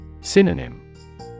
Synonym